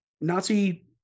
nazi